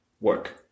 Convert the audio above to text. work